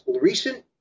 recent